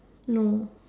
no